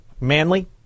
manly